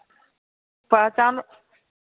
पहचान